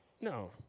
No